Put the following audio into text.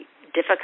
difficult